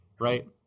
right